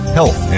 health